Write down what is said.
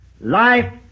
Life